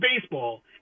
baseball